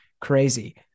crazy